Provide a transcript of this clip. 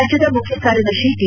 ರಾಜ್ಜದ ಮುಖ್ಯ ಕಾರ್ಯದರ್ತಿ ಟಿ